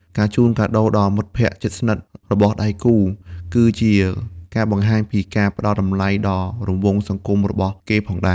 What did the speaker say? ការជូនកាដូដល់មិត្តភក្ដិជិតស្និទ្ធរបស់ដៃគូ ក៏ជាការបង្ហាញពីការផ្ដល់តម្លៃដល់រង្វង់សង្គមរបស់គេផងដែរ។